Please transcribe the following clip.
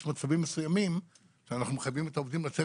מצבים מסוימים שאנחנו מחייבים את העובדים לצאת